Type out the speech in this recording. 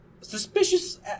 suspicious